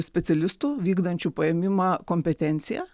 specialistų vykdančių paėmimą kompetenciją